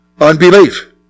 Unbelief